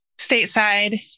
stateside